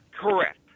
Correct